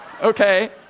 okay